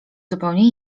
zupełnie